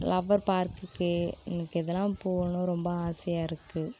lover பார்க்குக்கு எனக்கு இதெல்லாம் போகணுனு ரொம்ப ஆசையாக இருக்குது